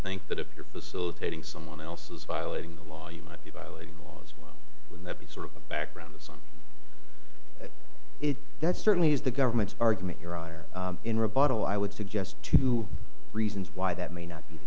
think that if you're facilitating someone else is violating the law you might be violating the laws when that sort of background is on it that certainly is the government's argument your honor in rebuttal i would suggest two reasons why that may not be